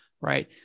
right